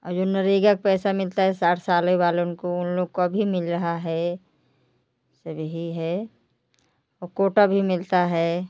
और जो नरेगा का पैसा मिलता है साठ साल वालों को उन लोग का भी मिल रहा है सब यही है और कोटा भी मिलता है